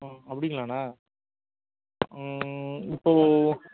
ம் அப்படிங்களாண்ணா இப்போது